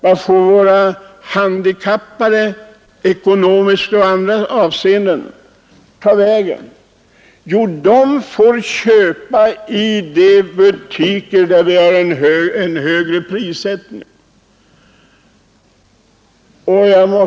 Var får de som är handikappade eller ekonomiskt svaga handla? De får köpa i butiker som har de högre priserna.